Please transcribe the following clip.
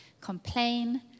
complain